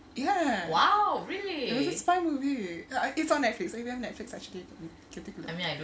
ya it was a spy movie it's on netflix are you on netflix I should take you